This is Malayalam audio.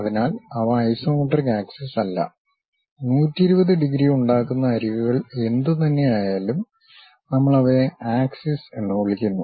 അതിനാൽ അവ ഐസോമെട്രിക് ആക്സിസ് അല്ല 120 ഡിഗ്രി ഉണ്ടാക്കുന്ന അരികുകൾ എന്തുതന്നെയായാലും നമ്മൾ അവയെ ആക്സിസ് എന്ന് വിളിക്കുന്നു